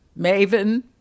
Maven